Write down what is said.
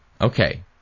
Okay